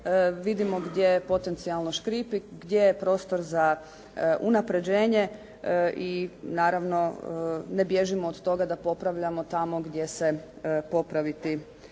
Vidimo gdje potencijalno škripi, gdje je prostor za unapređenje i naravno ne bježimo od toga da popravljamo tamo gdje se popraviti može.